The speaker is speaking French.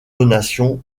donations